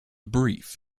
brief